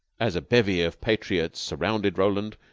as a bevy of patriots surrounded roland